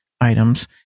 items